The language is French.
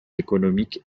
économiques